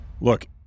Look